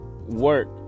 work